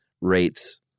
rates